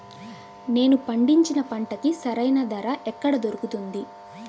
నేను పండించిన పంటకి సరైన ధర ఎక్కడ దొరుకుతుంది?